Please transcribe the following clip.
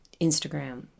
Instagram